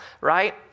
right